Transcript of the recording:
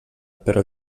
però